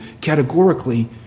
categorically